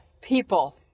people